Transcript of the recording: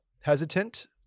hesitant